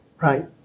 right